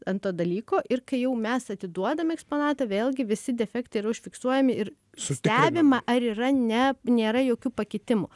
ant to dalyko ir kai jau mes atiduodam eksponatą vėlgi visi defektai yra užfiksuojami ir stebima ar yra ne nėra jokių pakitimų